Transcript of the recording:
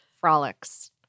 frolics